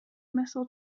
missile